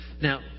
Now